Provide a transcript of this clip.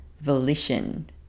volition